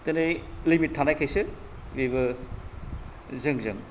दिनै लिमिट थानायखायसो इबो जोंजों